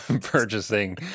purchasing